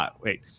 wait –